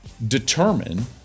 determine